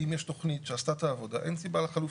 כי אם יש תכנית שעשתה את העבודה אין סיבה לחלופה.